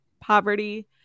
poverty